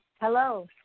Hello